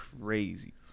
crazy